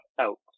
out